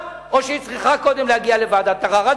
או שהיא צריכה קודם להגיע לוועדת ערר,